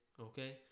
Okay